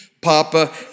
Papa